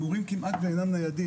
המורים כמעט ואינם ניידים,